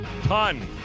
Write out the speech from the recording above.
ton